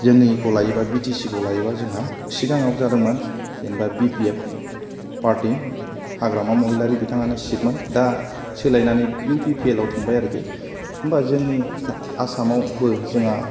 जोंनिखौ लायोबा B T C खौ लायोबा जोंहा सिगाङाव जादोंमोन B P F party Hagrama महिलारि बिथाङानो चिफमोन दा सोलायनानै इउ पि पि एल आव थांबाय आरोखि होमबा जोंनि आसामावबो जोंहा